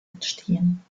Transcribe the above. entstehen